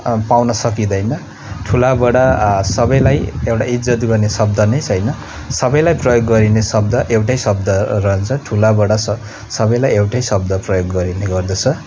पाउन सकिँदैन ठुला बडा सबैलाई एउटा इज्जत गर्ने शब्द नै छैन सबैलाई प्रयोग गरिने शब्द एउटै शब्द रहन्छ ठुला बडा सबैलाई एउटै शब्द प्रयोग गरिने गर्दछ